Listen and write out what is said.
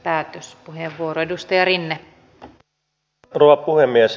arvoisa rouva puhemies